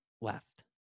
left